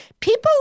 People